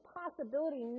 possibility